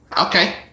okay